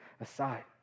aside